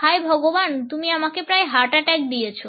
হায় ভগবান তুমি আমাকে প্রায় হার্ট অ্যাটাক দিয়েছ